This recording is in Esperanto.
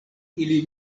ili